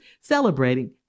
celebrating